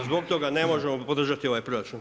I zbog toga ne možemo podržati ovaj proračun.